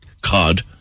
cod